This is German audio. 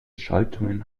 schaltungen